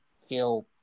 feel